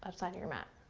um side of your mat.